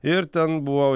ir ten buvo